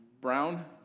brown